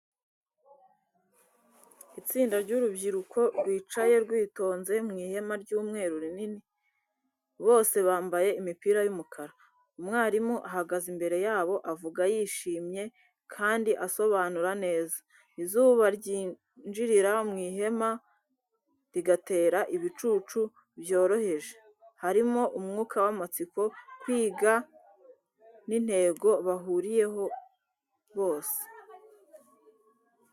Itsinda ry’urubyiruko rwicaye rwitonze mu ihema ry’umweru rinini, bose bambaye imipira y’umukara. Umwarimu ahagaze imbere yabo, avuga yishimye kandi asobanura neza. Izuba ryinjirira mu ihema, rigatera ibicucu byoroheje. Harimo umwuka w’amatsiko, kwiga n’intego bahuriyeho bose.